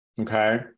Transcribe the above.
Okay